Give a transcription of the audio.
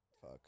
fuck